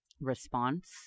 response